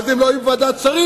ואז הם לא יהיו בוועדת שרים.